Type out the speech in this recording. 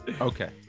Okay